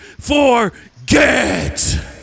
forget